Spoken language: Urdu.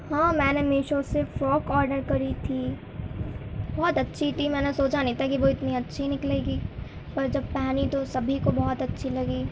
ہاں میں نے میشو سے فراک آڈر کری تھی بہت اچّھی تھی میں نے سوچا نہیں تھا کہ وہ اتنی اچّھی نکلے گی پر جب پہنی تو سبھی کو بہت اچّھی لگی